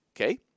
okay